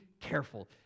careful